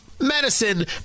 medicine